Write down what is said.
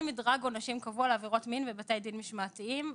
אין מדרג עונשים קבוע לעבירות מין בבתי דין משמעתיים,